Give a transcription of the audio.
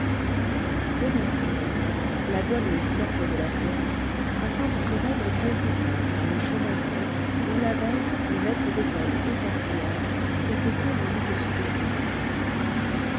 peu d'instants après la goualeuse sortait de la ferme afin de se rendre au presbytère par le chemin creux où la veille le maître d'école et tortillard étaient convenus de se retrouver